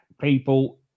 people